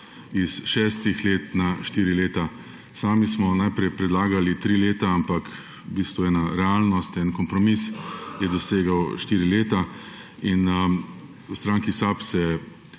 iz šestih let na štiri leta. Sami smo najprej predlagali tri leta, ampak v bistvu ena realnost, en kompromis je dosegel štiri leta. V stranki SAB se